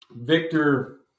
Victor